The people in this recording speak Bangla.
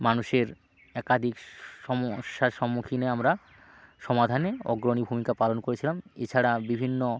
মানুষের একাধিক সমস্যার সম্মুখীনে আমরা সমাধানে অগ্রণী ভূমিকা পালন করেছিলাম এছাড়া বিভিন্ন